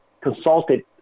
consulted